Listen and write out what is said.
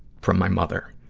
from my mother.